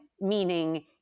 Meaning